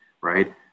right